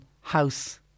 house